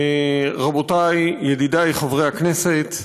רבותיי, ידידיי חברי הכנסת,